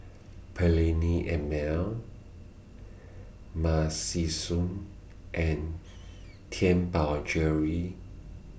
Perllini and Mel Narcissus and Tianpo Jewellery